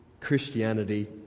Christianity